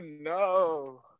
no